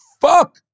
fuck